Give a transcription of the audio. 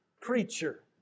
creature